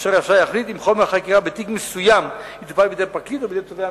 "אם חומר החקירה בתיק מסוים יטופל בידי פרקליט או בידי תובע משטרתי".